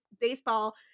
baseball